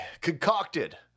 concocted